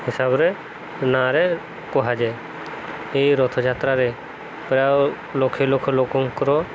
ହିସାବରେ ନାଁରେ କୁହାଯାଏ ଏହି ରଥଯାତ୍ରାରେ ପ୍ରାୟ ଲକ୍ଷ ଲକ୍ଷ ଲୋକଙ୍କର